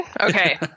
Okay